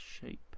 shape